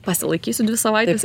pasilaikysiu dvi savaites